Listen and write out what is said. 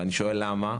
ואני שואל למה,